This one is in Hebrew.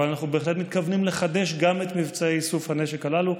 אבל אנחנו בהחלט מתכוונים לחדש גם את מבצעי איסוף הנשק הללו.